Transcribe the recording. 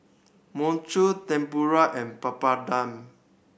Mochi Tempura and Papadum